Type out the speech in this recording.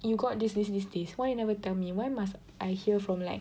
you got this this this this why you never tell me why must I hear from like